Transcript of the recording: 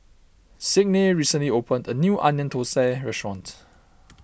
Signe recently opened a new Onion Thosai restaurant